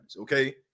okay